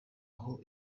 aho